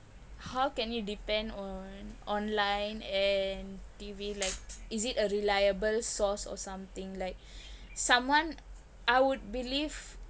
how can you depend on online and T_V like is it a reliable source or something like someone I would believe